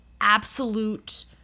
absolute